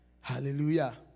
Hallelujah